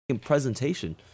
presentation